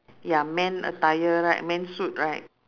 ya men attire right men suit right